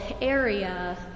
area